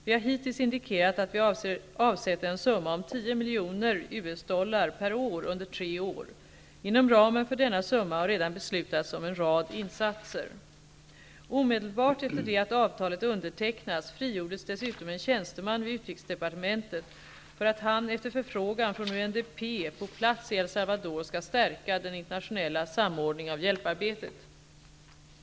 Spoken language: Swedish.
Vi har hittills indikerat att vi avser avsätta en summa på 10 miljoner dollar per år under tre år. Inom ramen för denna summa har redan beslutats om en rad insatser. Omedelbart efter det att avtalet undertecknats frigjordes dessutom en tjänsteman vid utrikesdepartementet för att han, efter förfrågan från UNDP, på plats i El Salvador skall stärka den internationella samordningen av hjälparbetet.